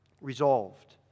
resolved